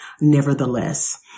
Nevertheless